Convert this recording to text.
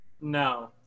No